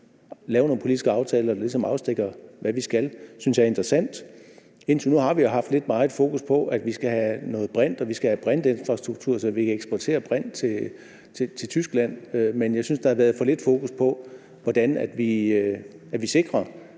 lave nogle politiske aftaler, der ligesom afstikker, hvad vi skal, synes jeg er interessant. Indtil nu har vi jo haft lidt meget fokus på, at vi skal have noget brint, og at vi skal have brintinfrastruktur, så vi kan eksportere brint til Tyskland. Men jeg synes, der har været for lidt fokus på, hvordan vi sikrer,